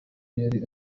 yari